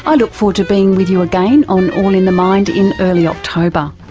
ah look forward to being with you again on all in the mind in early october.